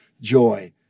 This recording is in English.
joy